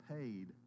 paid